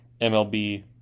MLB